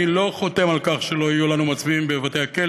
אני לא חותם על כך שלא יהיו לנו מצביעים בבתי-הכלא,